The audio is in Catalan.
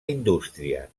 indústria